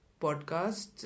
Podcasts